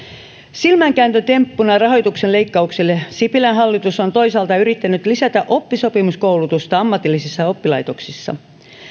silmänkääntötemppuna rahoituksen leikkaukselle sipilän hallitus on toisaalta yrittänyt lisätä oppisopimuskoulutusta ammatillisissa oppilaitoksissa